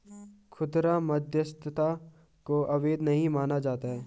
खुदरा मध्यस्थता को अवैध नहीं माना जाता है